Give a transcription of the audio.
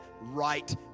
right